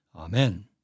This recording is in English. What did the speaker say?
Amen